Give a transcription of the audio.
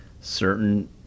certain